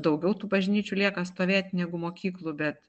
daugiau tų bažnyčių lieka stovėt negu mokyklų bet